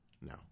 no